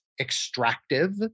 extractive